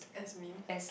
as memes